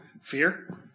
fear